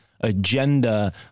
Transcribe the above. agenda